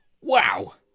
Wow